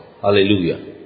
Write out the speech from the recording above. Hallelujah